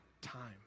time